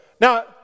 Now